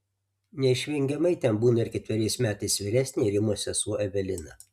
neišvengiamai ten būna ir ketveriais metais vyresnė rimos sesuo evelina